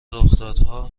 رخدادها